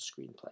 screenplay